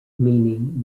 meaning